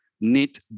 need